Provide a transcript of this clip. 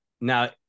now